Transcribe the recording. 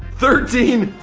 thirteen,